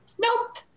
nope